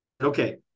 okay